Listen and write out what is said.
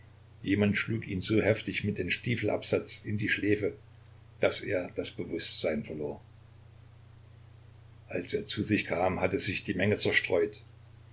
jemand schlug ihn so heftig mit dem stiefelabsatz in die schläfe daß er das bewußtsein verlor als er zu sich kam hatte sich die menge zerstreut